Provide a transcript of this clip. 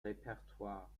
repertoir